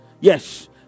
Yes